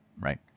right